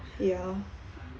ya